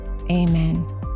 amen